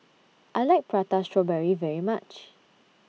I like Prata Strawberry very much